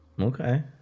Okay